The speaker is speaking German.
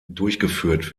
durchgeführt